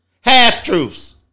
Half-truths